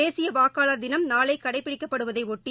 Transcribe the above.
தேசிய வாக்காளர் தினம் நாளை கடைபிடிக்கப்படுவதையொட்டி